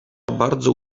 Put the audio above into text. bardzo